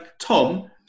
Tom